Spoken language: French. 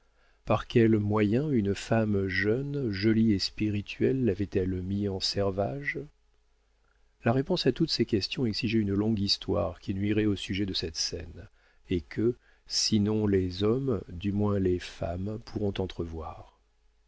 par quels moyens une femme jeune jolie et spirituelle l'avait-elle mis en servage la réponse à toutes ces questions exigerait une longue histoire qui nuirait au sujet de cette scène et que sinon les hommes du moins les femmes pourront entrevoir